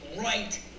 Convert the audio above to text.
right